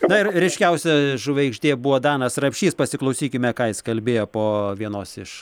na ir ryškiausia žvaigždė buvo danas rapšys pasiklausykime ką jis kalbėjo po vienos iš